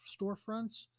storefronts